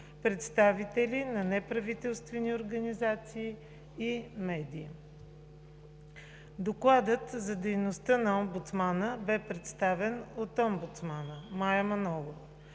представители на неправителствени организации и медии. Докладът за дейността на омбудсмана бе представен от омбудсмана Мая Манолова.